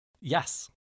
Yes